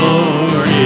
Lord